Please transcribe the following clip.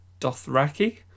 Dothraki